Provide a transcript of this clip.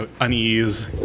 unease